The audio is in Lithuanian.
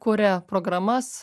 kuria programas